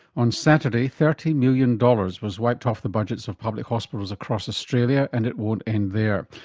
on saturday, thirty million dollars was wiped off the budgets of public hospitals across australia and it won't end there.